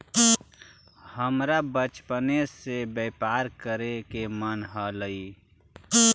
हमरा बचपने से व्यापार करे के मन हलई